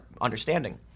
understanding